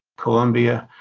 columbia.